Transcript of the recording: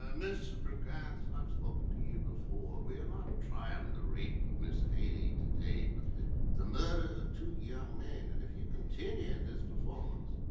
um mr. brigance, i've spoken to you before. we are not trying and the rape of ms. hailey today but the murder of two young men and if you continue in this performance